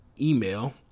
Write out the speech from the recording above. email